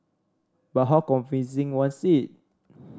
but how convincing was it